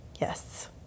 Yes